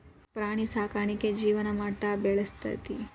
ಪ್ರಾಣಿ ಸಾಕಾಣಿಕೆ ಜೇವನ ಮಟ್ಟಾ ಬೆಳಸ್ತತಿ